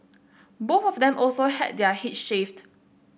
both of them also had their heads shaved